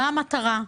מה המטרה,